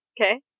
Okay